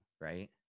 right